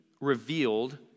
revealed